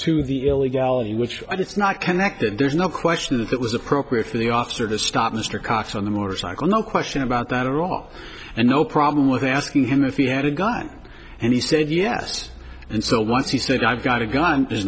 to the illegality which and it's not connected there's no question that it was appropriate for the officer to stop mr cox on the motorcycle no question about that at all and no problem with asking him if he had a gun and he said yes and so once he said i've got a gun there's